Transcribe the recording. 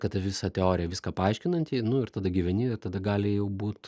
kad ta visa teorija viską paaiškinanti nu ir tada gyveni tada gali jau būt